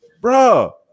bro